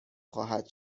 خواهد